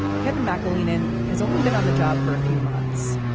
kevin maclennan has only been on the job for a few months.